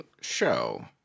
show